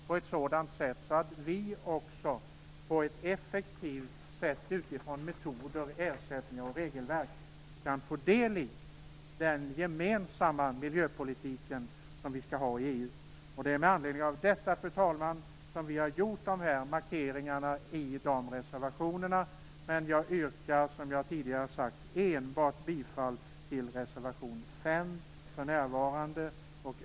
Vi bör göra det på ett sådant sätt att vi, på ett utifrån metoder, ersättningar och regelverk effektivt sätt, kan få del i den gemensamma miljöpolitik som vi skall ha inom EU. Det är med anledning av detta, fru talman, som vi har gjort de här markeringarna i reservationerna. Jag yrkar dock, som jag tidigare sagt, för närvarande enbart bifall till reservation 5.